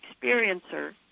experiencer